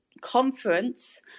conference